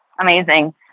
amazing